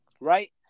right